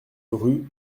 rue